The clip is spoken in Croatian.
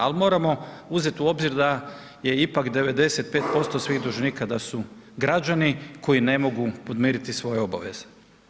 Ali moramo uzeti u obzir da je ipak 95% svih dužnika da su građani koji ne mogu podmiriti svoje obveze.